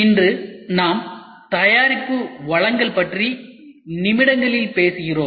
இன்று நாம் தயாரிப்பு வழங்கல் பற்றி நிமிடங்களில் பேசுகிறோம்